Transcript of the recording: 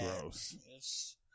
gross